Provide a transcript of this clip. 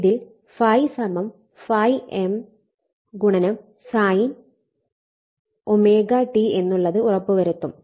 ഇതിൽ ∅ ∅M sin ω t എന്നുള്ളത് ഉറപ്പ് വരുത്തും